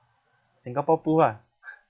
singapore pool ah